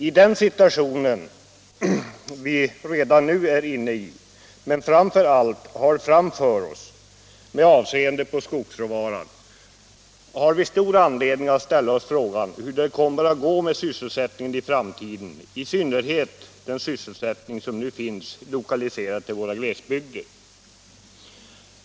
I den situation vi redan nu är inne i men framför allt med tanke på den vi har framför oss med avseende på skogsråvaran har vi stor anledning att ställa oss frågan, hur det kommer att gå med sysselsättningen i framtiden, i synnerhet den sysselsättning som nu finns lokaliserad till våra glesbygder.